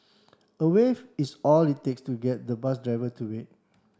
a wave is all it takes to get the bus driver to wait